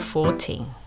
Fourteen